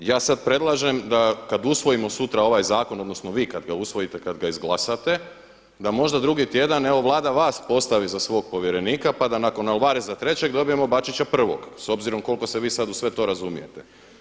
Ja sad predlažem da kad usvojimo sutra ovaj zakon, odnosno vi kad ga usvojite, kad ga izglasate da možda drugi tjedan, evo Vlada vas postavi za svog povjerenika pa da nakon Alvareza trećeg dobijemo Bačića prvog s obzirom koliko se vi sad u sve to razumijete.